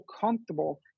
comfortable